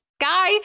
guy